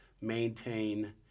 maintain